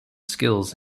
skills